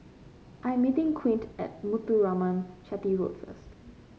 I am meeting Quint at Muthuraman Chetty Road first